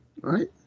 right